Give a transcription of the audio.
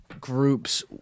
groups